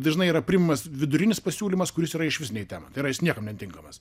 dažnai yra priimamas vidurinis pasiūlymas kuris yra išvis ne į temą tai yra jis niekam netinkamas